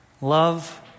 Love